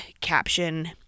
caption